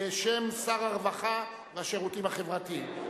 בשם שר הרווחה והשירותים החברתיים.